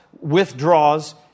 withdraws